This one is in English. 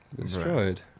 Destroyed